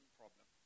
problem